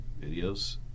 videos